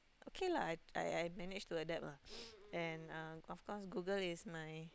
okay lah I I I I managed to adapt lah and um of course Google is my